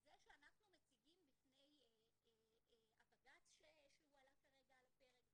זה שאנחנו מציגים בפני הבג"צ שהועלה כרגע על הפרק,